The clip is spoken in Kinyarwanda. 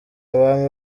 abami